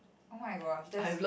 oh-my-gosh that's